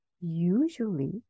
usually